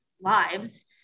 lives